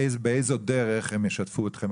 באיזו דרך הם ישתפו אתכם,